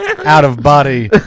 out-of-body